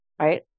Right